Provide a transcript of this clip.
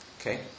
Okay